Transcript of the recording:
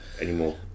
anymore